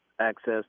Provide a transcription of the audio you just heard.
access